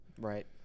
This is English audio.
Right